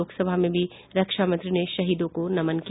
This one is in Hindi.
लोकसभा में भी रक्षामंत्री ने शहीदों को नमन किया